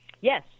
Yes